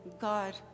God